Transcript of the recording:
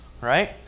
right